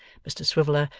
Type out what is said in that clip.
mr swiveller,